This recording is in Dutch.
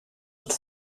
het